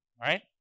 right